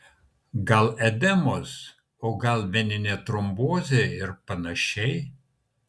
gal edemos o gal veninė trombozė ir panašiai